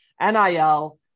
NIL